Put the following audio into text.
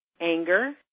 Anger